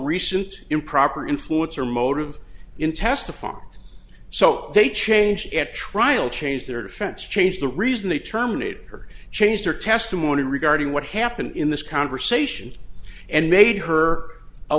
recent improper influence or motive in test the form so they changed at trial changed their defense changed the reason they terminate her changed her testimony regarding what happened in this conversation and made her a